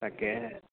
তাকেহে